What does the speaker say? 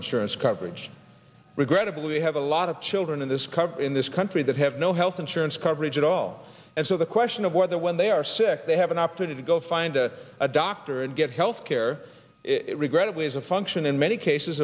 insurance coverage regrettably we have a lot of children in this cover in this country that have no health insurance coverage at all and so the question of whether when they are sick they have an opportunity to go find a doctor and get health care regrettably is a function in many cases